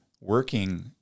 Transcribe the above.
working